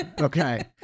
Okay